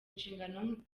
inshingano